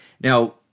Now